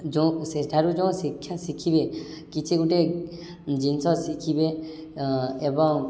ଯେଉଁ ସେଠାରୁ ଯେଉଁ ଶିକ୍ଷା ଶିଖିବେ କିଛି ଗୁଟେ ଜିନିଷ ଶିଖିବେ ଏବଂ